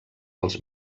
els